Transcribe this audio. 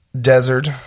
desert